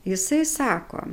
jisai sako